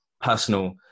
personal